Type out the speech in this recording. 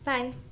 Bye